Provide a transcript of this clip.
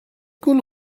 گول